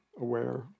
aware